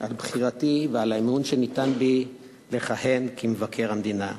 על בחירתי ועל האמון שניתן בי לכהן כמבקר המדינה.